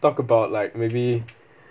talk about like maybe